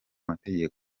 amategeko